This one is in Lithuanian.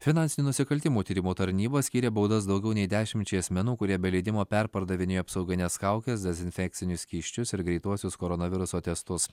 finansinių nusikaltimų tyrimo tarnyba skyrė baudas daugiau nei dešimčiai asmenų kurie be leidimo perpardavinėjo apsaugines kaukes dezinfekcinius skysčius ir greituosius koronaviruso testus